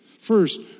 First